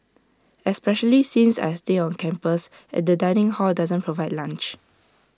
especially since I stay on campus and the dining hall doesn't provide lunch